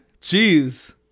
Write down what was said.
Jeez